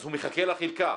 אז הוא מחכה לחלקה.